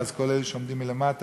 אז כל אלה שעומדים למטה,